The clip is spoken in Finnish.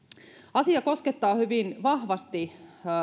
asia koskettaa hyvin vahvasti